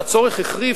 הצורך החריף,